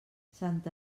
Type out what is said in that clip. santa